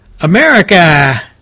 America